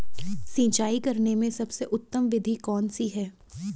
सिंचाई करने में सबसे उत्तम विधि कौन सी है?